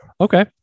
okay